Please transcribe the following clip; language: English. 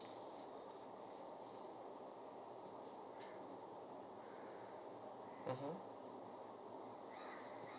mmhmm